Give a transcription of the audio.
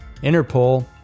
Interpol